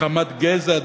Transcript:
מחמת גזע,